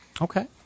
Okay